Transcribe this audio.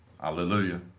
Hallelujah